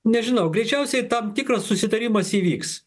nežinau greičiausiai tam tikras susitarimas įvyks